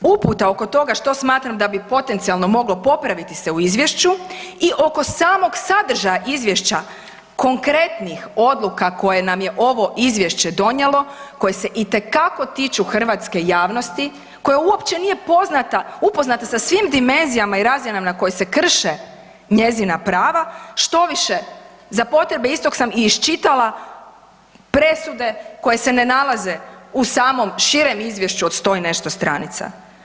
Uputa oko toga što smatram da bi potencijalno moglo popraviti se u izvješću i oko samog sadržaja izvješća konkretnih odluka koje nam je ovo izvješće donijelo koje se itekako tiču hrvatske javnosti koja uopće nije upoznata sa svim dimenzijama i razinama koje se krše njezina prava, štoviše, za potrebe istog sam i iščitala presude koje se ne nalaze u samom izvješću od 100 i nešto stranica.